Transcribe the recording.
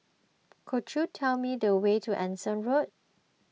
could you tell me the way to Anson Road